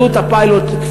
עלות הפיילוט,